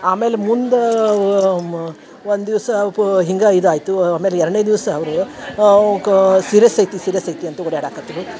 ಆಮೇಲೆ ಮುಂದಾ ಅವ ಮ ಒಂದು ದಿವಸ ಒಬು ಹಿಂಗೆ ಇದು ಆಯಿತು ಆಮೇಲೆ ಎರಡನೇ ದಿವಸ ಅವರು ಅವ್ಕಾ ಸೀರ್ಯಸ್ ಐತಿ ಸೀರ್ಯಸ್ ಐತಿ ಅಂತ ಓಡಾಡ್ಯಕತ್ತರು